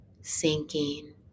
sinking